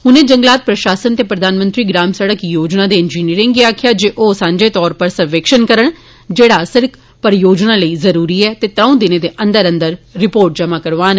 उनें जंगलात प्रशासन ते प्रधानमंत्री ग्राम सड़क योजना दे इंजीनियरें गी आक्खेआ जे आ सांझे तौर उप्पर सर्वेक्षण करन जेड़ा सिड़क परियोजना लेई जरुरी ऐ ते त्रंक दिने दे अंदर अंदर रिपोर्ट जमां करौआन